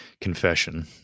confession